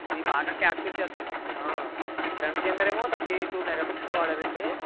ఇది బాగా క్యాప్చూర్ చేస్తుందండి ఫ్రెంట్ కెమెరా ఏమో థర్టీ టూ మెగాపిక్సెల్ వాడారు అండి